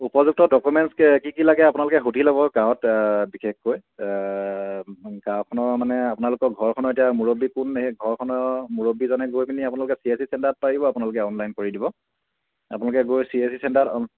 উপযুক্ত ডকুমেণ্টছ কি লাগে আপোনালোকে সুধি ল'ব গাঁৱত বিশেষকৈ গাঁওখনৰ মানে আপোনালোকৰ ঘৰখনৰ এতিয়া মূৰব্বী কোন সেই ঘৰখনৰ মূৰব্বীজনে গৈ পিনি আপোনালোকে চি এছ চি চেণ্টাৰত পাৰিব আপোনালোকে অনলাইন কৰি দিব আপোনালোকে গৈ চি এছ চি চেণ্টাৰত